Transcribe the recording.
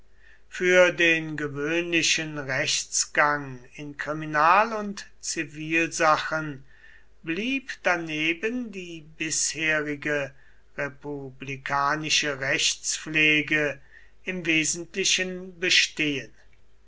für den gewöhnlichen rechtsgang in kriminal und zivilsachen blieb daneben die bisherige republikanische rechtspflege im wesentlichen bestehen